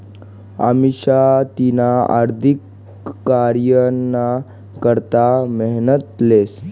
अमिषा तिना आर्थिक करीयरना करता मेहनत लेस